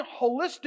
holistic